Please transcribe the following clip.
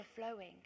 overflowing